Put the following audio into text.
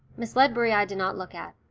miss ledbury i did not look at.